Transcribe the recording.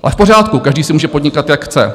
A v pořádku, každý si může podnikat, jak chce.